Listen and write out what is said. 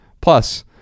Plus